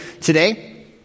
today